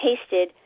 tasted